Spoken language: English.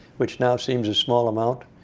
which now seems a small amount,